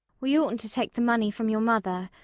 we oughtn't to take the money from your mother.